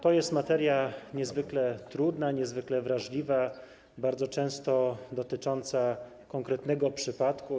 To jest materia niezwykle trudna, niezwykle wrażliwa, bardzo często dotycząca konkretnego przypadku.